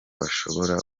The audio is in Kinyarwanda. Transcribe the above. bashobora